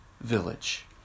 village